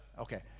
Okay